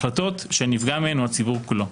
החלטות שהנפגע מהן הוא הציבור כולו.